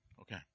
Okay